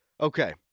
Okay